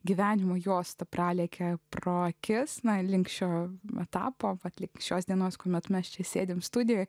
gyvenimo juosta pralėkė pro akis nuo link šio etapo fa atlikti šios dienos kuomet mes čia sėdime studijoje